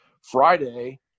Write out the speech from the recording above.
Friday